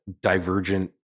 divergent